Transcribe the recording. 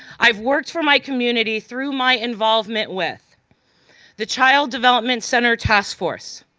i worked for my community through my involvement with the child development center task force,